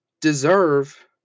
deserve